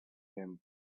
him